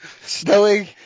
snowing